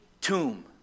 tomb